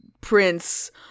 prince